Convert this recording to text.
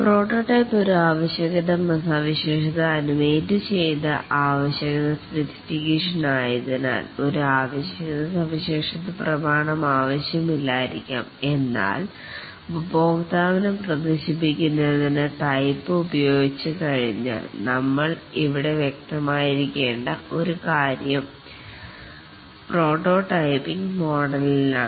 prototype ഒരു ആവശ്യകത സവിശേഷത അനിമേറ്റു ചെയ്ത ആവശ്യകത സ്പെസിഫിക്കേഷൻ ആയതിനാൽ ഒരു റുക്വിർമെൻറ് സ്പെസിഫിക്കേഷൻ ഡോക്യൂമെൻറ് ആവശ്യമില്ലായിരിക്കാം എന്നാൽ ഉപയോക്താവിന് പ്രദർശിപ്പിക്കുന്നതിന് ടൈപ്പ് ഉപയോഗിച്ച് കഴിഞ്ഞാൽ നമ്മൾ ഇവിടെ വ്യക്തമായിരിക്കേണ്ട ഒരുകാര്യം പ്രോട്ടോ ടൈപ്പിംഗ് മോഡലിലാണ്